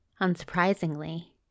unsurprisingly